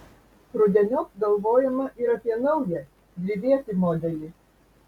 rudeniop galvojama ir apie naują dvivietį modelį